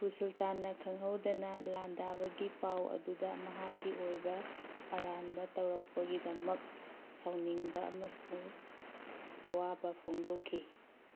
ꯇꯤꯄꯨ ꯁꯨꯜꯇꯥꯟꯅ ꯈꯪꯍꯧꯗꯅ ꯂꯥꯟꯗꯥꯕꯒꯤ ꯄꯥꯎ ꯑꯗꯨꯗ ꯃꯍꯥꯛꯀꯤ ꯑꯣꯏꯕ ꯑꯔꯥꯟꯕ ꯇꯧꯔꯛꯄꯒꯤꯗꯃꯛ ꯁꯥꯎꯅꯤꯡꯕ ꯑꯃꯁꯨꯡ ꯑꯋꯥꯕ ꯐꯣꯡꯗꯣꯛꯈꯤ